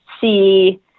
see